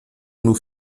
nous